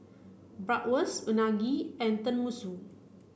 Bratwurst Unagi and Tenmusu